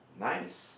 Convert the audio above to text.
nice